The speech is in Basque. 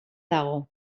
dago